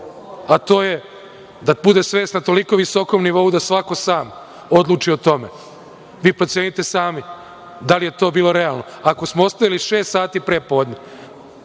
a to je da bude svest na toliko visokom nivou da svako sam odluči o tome. Vi procenite sami da li je to bilo realno? Ako smo ostavili šest sati prepodne